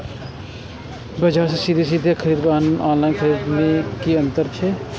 बजार से सीधे सीधे खरीद आर ऑनलाइन खरीद में की अंतर छै?